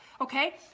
Okay